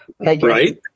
Right